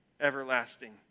everlasting